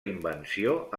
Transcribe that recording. invenció